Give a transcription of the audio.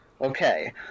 okay